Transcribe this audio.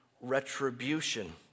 retribution